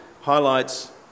highlights